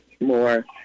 more